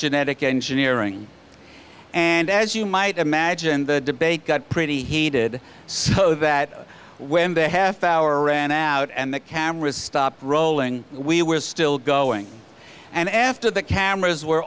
genetic engineering and as you might imagine the debate got pretty heated so that when the half hour ran out and the cameras stopped rolling we were still going and after the cameras were